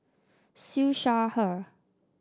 Siew Shaw Her